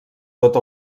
tot